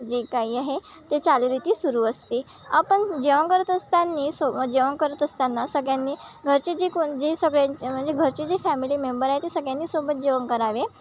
जे काही आहे ते चालीरीती सुरू असते आपण जेवण करत असताना सोब जेवण करत असताना सगळ्यांना घरचे जे कोण जे सगळ्यांची म्हणजे घरचे जे फॅमिली मेंबर आहे ते सगळ्यांनी सोबत जेवण करावे